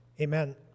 amen